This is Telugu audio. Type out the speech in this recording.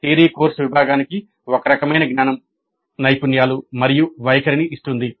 థియరీ కోర్సు విద్యార్థికి ఒక రకమైన జ్ఞానం నైపుణ్యాలు మరియు వైఖరిని ఇస్తుంది